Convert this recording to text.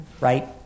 right